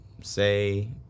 say